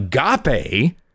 agape